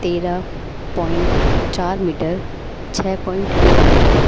تیرہ پوائنٹ چار میٹر چھ پوائنٹ ایک میٹر